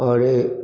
आओर